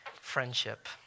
friendship